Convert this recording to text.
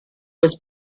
was